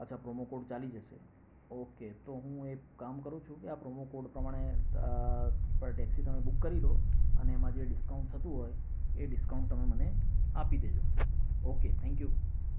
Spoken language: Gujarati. અચ્છા પ્રોમોકોડ ચાલી જશે ઓકે તો હું એક કામ કરુ છું કે આ પ્રોમોકોડ પ્રમાણે પર ટેક્સી તમે બૂક કરી દો અને એમાં જે ડીસ્કાઉન્ટ થતું હોય એ ડીસ્કાઉન્ટ તમે મને આપી દે જો ઓકે થેન્ક યુ